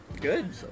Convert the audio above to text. Good